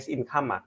Income